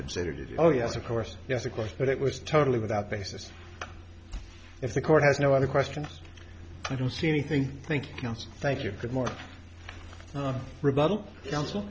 considered it oh yes of course yes of course but it was totally without basis if the court has no other questions i don't see anything thank you thank you but more rebuttal counsel